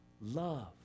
love